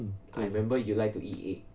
hmm 对